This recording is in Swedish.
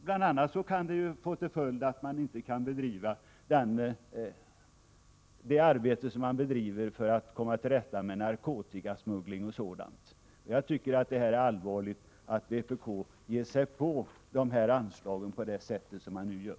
Bl.a. kan det få till följd att man inte kan bedriva det arbete som man bedriver för att komma till rätta med narkotikasmuggling och liknande. Jag tycker det är allvarligt att vpk ger sig på de här anslagen på det sätt som man nu gör.